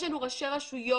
יש לנו ראשי רשויות,